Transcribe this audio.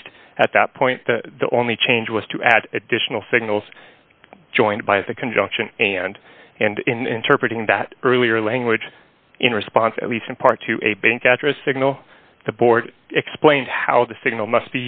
least at that point the only change was to add additional signals joined by the conjunction and and in interpret in that earlier language in response at least in part to a bank after a signal the board explained how the signal must